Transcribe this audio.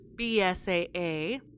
BSAA